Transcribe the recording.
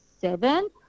seven